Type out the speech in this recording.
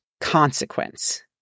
consequence